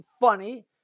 funny